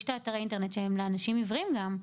את אתרי האינטרנט שהם לאנשים עיוורים גם.